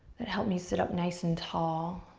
that help me sit up nice and tall,